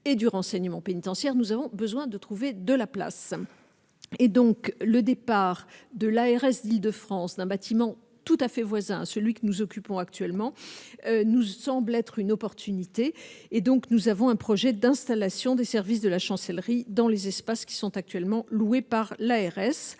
et du renseignement pénitentiaire, nous avons besoin de trouver de la place et donc le départ de l'ARS d'Île-de-France d'un bâtiment tout à fait voisin, celui que nous occupons actuellement nous semble être une opportunité et donc nous avons un projet d'installation des services de la chancellerie dans les espaces qui sont actuellement loués par l'ARS,